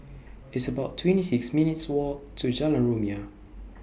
It's about twenty six minutes' Walk to Jalan Rumia